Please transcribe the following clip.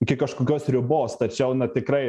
iki kažkokios ribos tačiau na tikrai